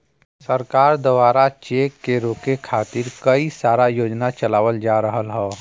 सरकार दवारा check fraud के रोके खातिर कई सारा योजना चलावल जा रहल हौ